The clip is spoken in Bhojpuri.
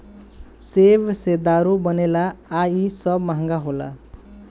सेब से दारू बनेला आ इ सब महंगा होला